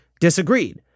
disagreed